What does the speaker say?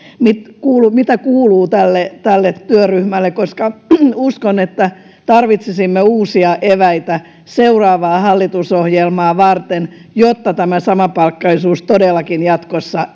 mitä kuuluu tälle tälle työryhmälle uskon että tarvitsisimme uusia eväitä seuraavaa hallitusohjelmaa varten jotta tämä samapalkkaisuus todellakin jatkossa